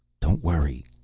don't worry,